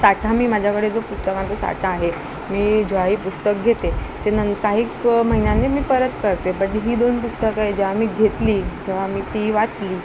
सा साठा मी माझ्याकडे जो पुस्तकांचा साठा आहे मी जेव्हाही पुस्तक घेते ते नं काही महिन्यांनी मी परत करते बट ही दोन पुस्तकं आहे जेव्हा मी घेतली जेव्हा मी ती वाचली